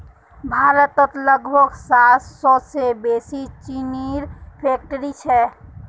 भारतत लगभग सात सौ से बेसि चीनीर फैक्ट्रि छे